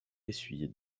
essuyer